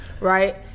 right